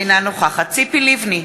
אינה נוכחת ציפי לבני,